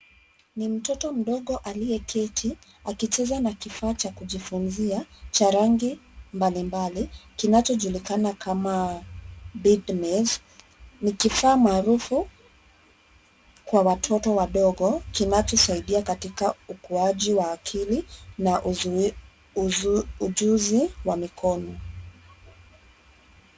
Ni mtoto mdogo aliyeketi akicheza na kifaa cha kujifunzia cha rangi mbalimbali kinachojulikana kama Bead Maze . Ni kifaa hiki ni maarufu kwa watoto wadogo kunachosaidia katika ukuaji wa akili pamoja na ujuzi wa mikono.